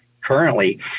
currently